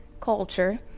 culture